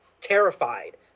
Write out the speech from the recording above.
terrified